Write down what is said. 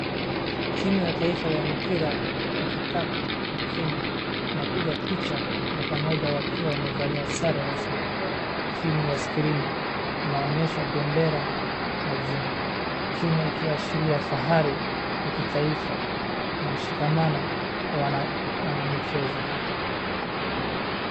Timu ya taifa ya mpira wakikapu ya Kenya inapiga picha ya pamoja wakiwa wamevalia sare rasmi chini ya skirini inaonyesha bendera na jina Kenya ikiashiria fahari ya kitaifa na mshikamano wa wanamichezo.